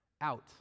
Out